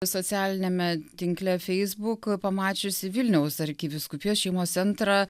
socialiniame tinkle facebook pamačiusi vilniaus arkivyskupijos šeimos centrą